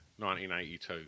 1982